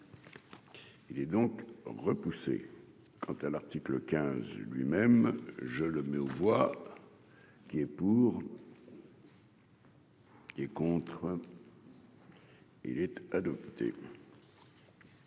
Il est donc repoussé quant à l'article 15, lui-même, je le mets aux voix qui est pour. Et contre il était adopté.